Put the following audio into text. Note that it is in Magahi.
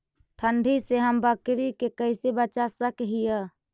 ठंडी से हम बकरी के कैसे बचा सक हिय?